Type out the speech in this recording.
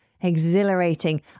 Exhilarating